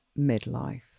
midlife